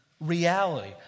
Reality